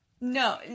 No